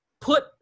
put